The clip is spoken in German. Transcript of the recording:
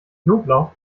knoblauch